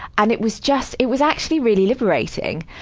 and it was just it was actually really liberating.